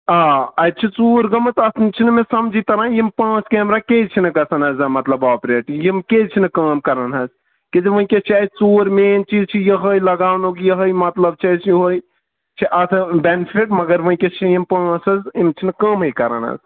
آ اَتہِ چھِ ژوٗر گٲمٕژ اَتہِ چھُنہٕ مےٚ سَمجھے تران یِم پانٛژھ کیمرا کیٛازِ چھِنہٕ گژھان حظ مطلب آپریٹ یم کیٛازِ چھِنہٕ کٲم کران حظ کیٛازِ کہِ ؤنکیٚس چھَ اَسہِ ژور مین چیٖز چھِ یِہَے لگاونُک یِہَے مطلب چھُ اَسہِ یِہَے چھِ اَتھ بیٚنفِٹ مَگر ؤنکیٚس چھِ یِم پٲنٛژھ حظ یِم چھِنہٕ کٲمٕے کران حظ